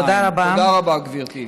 תודה רבה, גברתי.